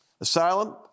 Asylum